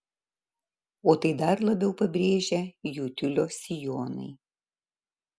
o tai dar labiau pabrėžia jų tiulio sijonai